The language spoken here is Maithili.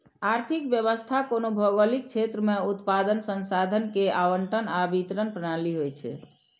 आर्थिक व्यवस्था कोनो भौगोलिक क्षेत्र मे उत्पादन, संसाधन के आवंटन आ वितरण प्रणाली होइ छै